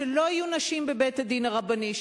שלא יהיו נשים בבית-הדין הרבני,